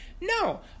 no